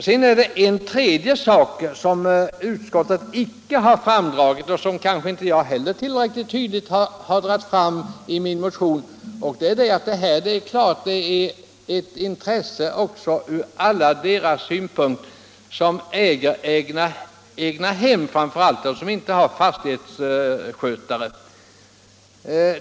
Sedan finns ett tredje argument, som utskottet inte har anfört och som jag kanske inte heller betonat tillräckligt i min motion, nämligen att frågan om renhållning är av intresse ur alla deras synpunkter som har egnahem och som inte har fastighetsskötare.